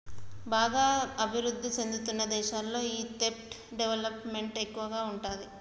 బాగా అభిరుద్ధి చెందుతున్న దేశాల్లో ఈ దెబ్ట్ డెవలప్ మెంట్ ఎక్కువగా ఉంటాది